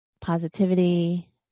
positivity